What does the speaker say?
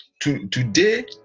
today